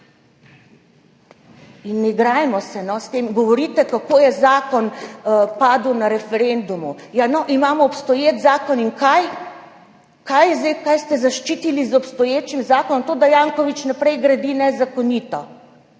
ne igrajmo se s tem. Govorite, kako je zakon padel na referendumu. Ja, imamo obstoječ zakon. In kaj zdaj? Kaj ste zaščitili z obstoječim zakonom? To, da Janković naprej gradi nezakonito.